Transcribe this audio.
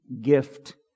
gift